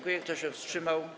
Kto się wstrzymał?